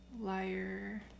liar